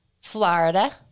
Florida